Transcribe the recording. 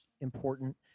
important